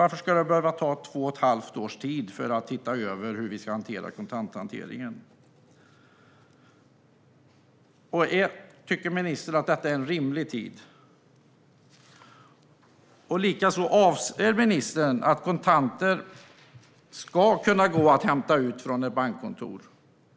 Varför ska det behöva ta så lång tid att se över hur vi ska göra med kontanthanteringen? Tycker ministern att detta är en rimlig tid? Anser ministern att kontanter ska kunna hämtas ut på ett bankkontor?